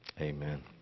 Amen